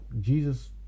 jesus